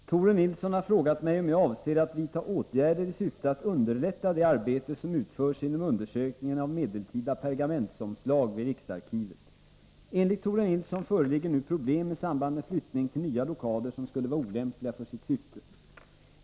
Herr talman! Tore Nilsson har frågat mig om jag avser att vidtaga åtgärder i syfte att underlätta det arbete som utförs inom undersökningen av medeltidä pergamentomslåg vid riksarkivet. Enligt Tore Nilsson föreligger nu problem i samband med flyttning till nya lokaler som skulle vara olämpliga för sitt syfte.